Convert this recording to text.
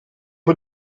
een